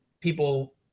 people